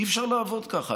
אי-אפשר לעבוד ככה,